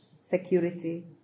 security